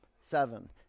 seven